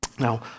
Now